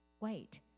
Wait